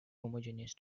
homogeneous